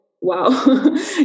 wow